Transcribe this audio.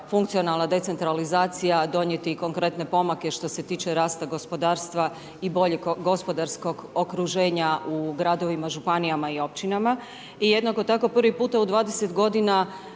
funkcionalna decentralizacija donijeti konkretne pomake što se tiče rasta gospodarstva i boljeg gospodarskog okruženja u gradovima, županijama i općinama. I jednako tako prvi puta u 20 godina